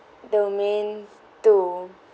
domain two